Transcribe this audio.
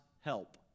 help